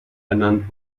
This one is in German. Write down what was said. ernannt